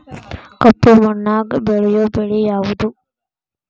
ಕಪ್ಪು ಮಣ್ಣಾಗ ಬೆಳೆಯೋ ಬೆಳಿ ಯಾವುದು?